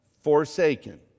Forsaken